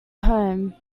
home